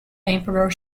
emperor